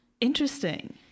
interesting